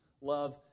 love